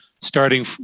starting